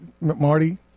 Marty